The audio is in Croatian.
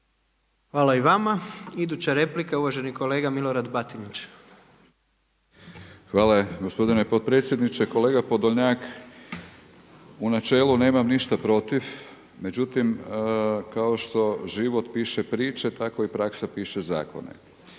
Hvala i vama. Iduća replika je uvaženi kolega Milorad Batinić. **Batinić, Milorad (HNS)** Hvala gospodine potpredsjedniče. Kolega Podolnjak u načelu nemam ništa protiv, međutim kao što život piše priče tako i praksa piše zakone.